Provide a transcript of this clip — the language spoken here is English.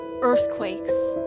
earthquakes